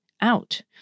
Out